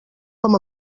com